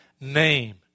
name